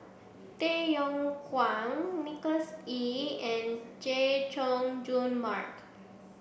Tay Yong Kwang Nicholas Ee and Chay Jung Jun Mark